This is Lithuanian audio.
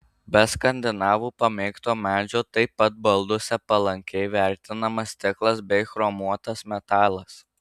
be skandinavų pamėgto medžio taip pat balduose palankiai vertinamas stiklas bei chromuotas metalas